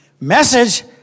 Message